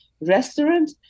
Restaurant